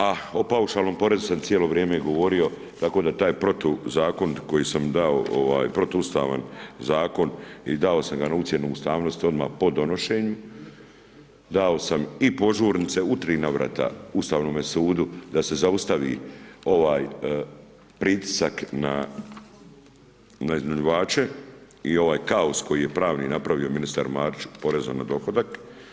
A o paušalnom porezu sam cijelo vrijeme i govorio tako da taj protu zakon koji sam dao, protuustavan zakon i dao sam ga na ucjenu ustavnosti odmah po donošenju, dao sam i požurnice u tri navrata Ustavnome sudu da se zaustavi ovaj pritisak na iznajmljivače i ovaj kaos koji je pravni napravio ministar Marić u porezu na dohodak.